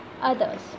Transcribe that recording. others